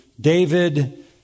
David